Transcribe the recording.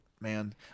man